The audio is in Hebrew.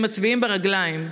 הם מצביעים ברגליים,